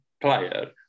player